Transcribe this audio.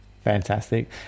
Fantastic